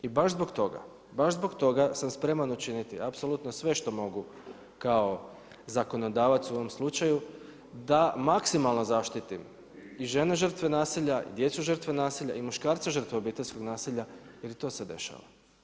I baš zbog toga, baš zbog toga sam spreman učiniti apsolutno sve što mogu kao zakonodavac u ovom slučaju, da maksimalno zaštitim i žene žrtve nasilja, djecu žrtve nasilja i muškarce obiteljskog nasilja, jer i to se dešava.